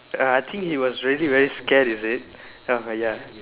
uh I think he was really very scared is it uh ya